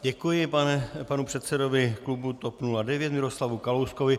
Děkuji panu předsedovi klubu TOP 09 Miroslavu Kalouskovi.